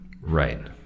Right